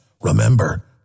Remember